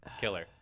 killer